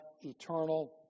eternal